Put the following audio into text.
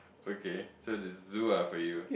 okay so it's Zoo ah for you